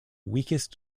weakest